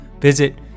Visit